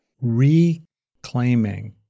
reclaiming